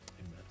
Amen